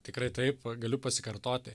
tikrai taip galiu pasikartoti